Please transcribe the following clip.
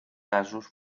casos